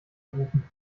gerufen